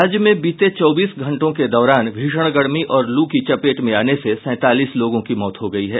राज्य में बीते चौबीस घंटों के दौरान भीषण गर्मी और लू की चपेट में आने से सैंतालीस लोगों की मौत हो गयी है